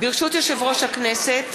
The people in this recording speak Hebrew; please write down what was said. ברשות יושב-ראש הכנסת,